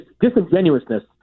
disingenuousness